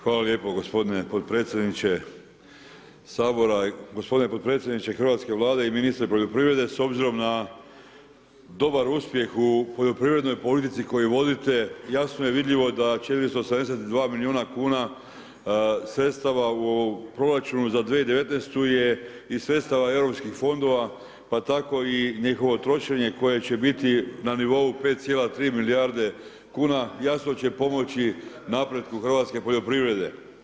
Hvala lijepo gospodine podpredsjedniče Sabora, gospodine podpredsjedniče hrvatske Vlade i ministre poljoprivrede, s obzirom na dobar uspjeh u poljoprivrednoj politici koju vodite, jasno je vidljivo da 472 milijuna kuna sredstava u proračunu za 2019.-tu je iz sredstava Europskih fondova, pa tako i njihovo trošenje koje će biti na nivou 5,3 milijarde kuna, jasno će pomoći napretku hrvatske poljoprivrede.